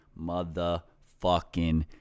motherfucking